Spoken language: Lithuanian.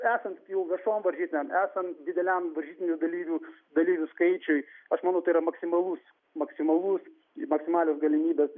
esant jau viešom varžytinėm esant dideliam varžytinių dalyvių dalyvių skaičiui aš manau tai yra maksimalus maksimalus maksimalios galimybės